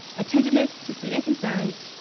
attentiveness to student concerns,